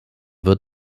wird